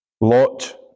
Lot